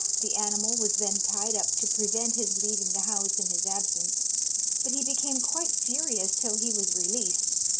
the animal was then tied up to prevent his leaving the house in his absence but he became quite furious till he was released,